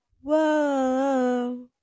whoa